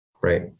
Right